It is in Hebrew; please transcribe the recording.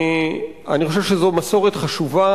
אני חושב שזו מסורת חשובה,